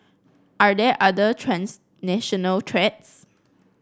are there other transnational threats